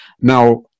Now